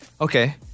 Okay